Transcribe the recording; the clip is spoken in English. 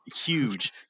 Huge